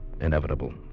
inevitable